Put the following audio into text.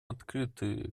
открыты